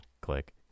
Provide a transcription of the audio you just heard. Click